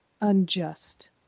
unjust